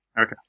Okay